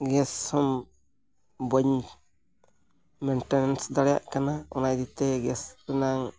ᱦᱚᱸ ᱵᱟᱹᱧ ᱫᱟᱲᱮᱭᱟᱜ ᱠᱟᱱᱟ ᱚᱱᱟ ᱤᱫᱤ ᱠᱟᱛᱮᱫ ᱨᱮᱱᱟᱜ